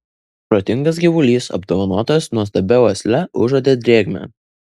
protingas gyvulys apdovanotas nuostabia uosle užuodė drėgmę